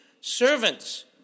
Servants